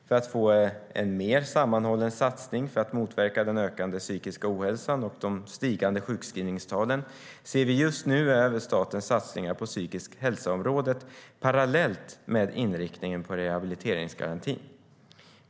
För att få en mer sammanhållen satsning för att motverka den ökande psykiska ohälsan och de stigande sjukskrivningstalen ser vi just nu över statens satsningar på psykisk-hälsa-området parallellt med inriktningen på rehabiliteringsgarantin.